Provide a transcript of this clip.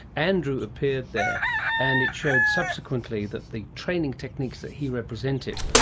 andrew appeared there and it showed subsequently that the training techniques that he represented,